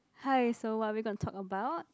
hi so what are we going to talk about